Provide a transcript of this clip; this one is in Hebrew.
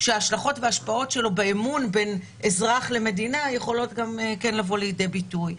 כשההשלכות וההשפעות באמון בין אזרח למדינה יכולות לבוא לידי ביטוי.